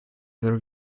there